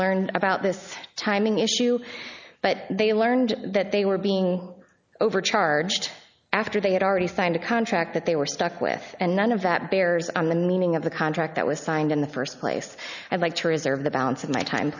learned about this timing issue but they learned that they were being overcharged after they had already signed a contract that they were stuck with and none of that bears on the meaning of the contract that was signed in the first place i'd like to reserve the balance of my time